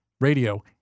radio